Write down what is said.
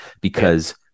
Because-